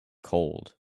cold